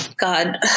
God